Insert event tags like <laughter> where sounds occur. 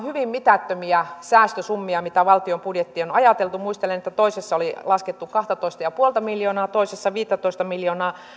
<unintelligible> hyvin mitättömiä säästösummia mitä valtion budjettiin on ajateltu muistelen että toisessa oli laskettu kahtatoista pilkku viittä miljoonaa ja toisessa viittätoista miljoonaa